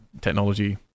technology